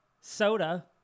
soda